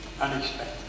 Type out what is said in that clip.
unexpected